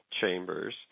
chambers